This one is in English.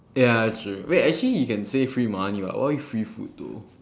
ya true wait actually he can say free money [what] why free food though